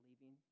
leaving